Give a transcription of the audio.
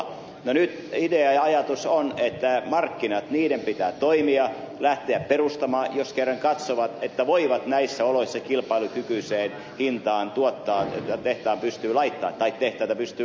nyt idea ja ajatus on että markkinoiden pitää toimia lähteä perustamaan tuotantolaitoksia jos kerran katsovat että voivat näissä oloissa kilpailukykyiseen hintaan etanolia tuottaa tehtaita pystyyn laittaa